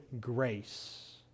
grace